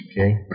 Okay